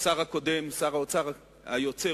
לשר האוצר היוצא,